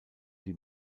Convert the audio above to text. die